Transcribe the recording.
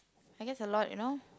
I guess a lot you know